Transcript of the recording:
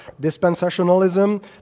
dispensationalism